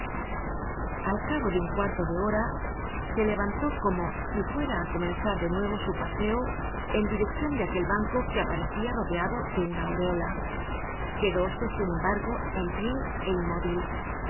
al cabo de un cuarto de hora se levantó como si fuera á comenzar de nuevo su paseo en direccion de aquel banco que aparecia rodeado de una aureola quedóse sin embargo en pie é inmóvil